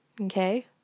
Okay